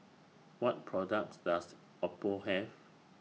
What products Does Oppo Have